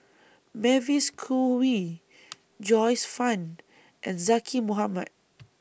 Mavis Khoo Oei Joyce fan and Zaqy Mohamad